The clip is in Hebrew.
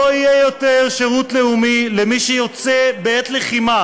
לא יהיה יותר שירות לאומי למי שיוצא בעת לחימה